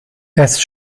erst